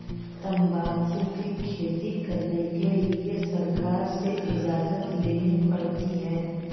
तंबाकू की खेती करने के लिए सरकार से इजाजत लेनी पड़ती है